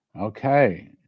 Okay